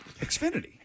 Xfinity